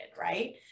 Right